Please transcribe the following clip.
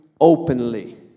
openly